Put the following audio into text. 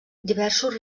diversos